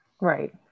Right